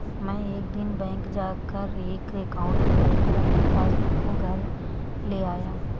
मै एक दिन बैंक जा कर एक एकाउंट खोलकर अपनी पासबुक को घर ले आया